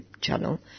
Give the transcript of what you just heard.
channel